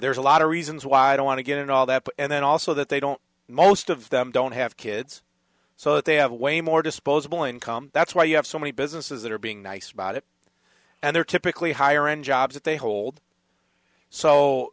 there's a lot of reasons why i don't want to get all that and then also that they don't most of them don't have kids so they have way more disposable income that's why you have so many businesses that are being nice about it and they're typically higher end jobs that they hold so